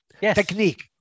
technique